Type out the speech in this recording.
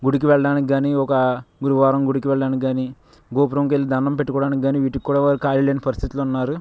గుడికి వెళ్ళడానికి కాని ఒక గురువారం గుడికి వెళ్ళడానికి కాని గోపురంకెళ్ళి దండం పెట్టుకోవడానికి కానీ వీటికి కూడా వాళ్ళు ఖాళీ లేని పరిస్థితుల్లో ఉన్నారు